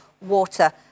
water